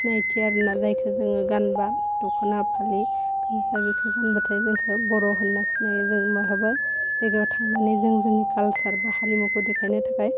सिनायथि आरोना जायखो जोङो गानबा दख'ना फालि गामसा बेखौ गानबाथाय जोंखौ बर' होन्ना सिनायो जों महाबा गायगायाव थांनानै जों जोंनि कालसार बा हारिमुखौ देखायनो थाखाय